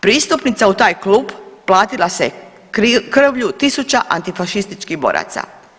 Pristupnica u taj klub platila se krvlju tisuća antifašističkih boraca.